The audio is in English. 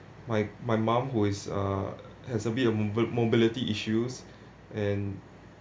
my my mom who is uh has a bit mobility issues and